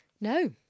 No